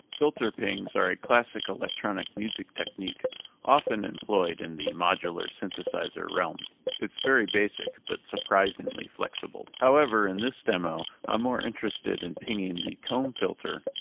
filter pings are a classic electronic music technique often employed in the modular synthesizer realm it's very basic but surprisingly flexible. however in this demo i'm more interested in pinging the comb filter,